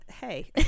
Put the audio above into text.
hey